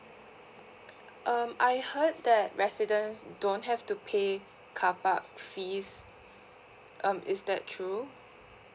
um I heard that residents don't have to pay car park fees um is that true